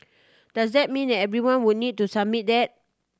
does that mean everyone would need to submit that